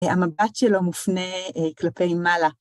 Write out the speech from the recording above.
המבט שלו מופנה כלפי מעלה.